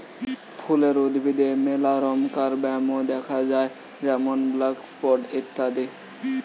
ফুলের উদ্ভিদে মেলা রমকার ব্যামো দ্যাখা যায় যেমন ব্ল্যাক স্পট ইত্যাদি